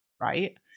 right